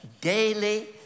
daily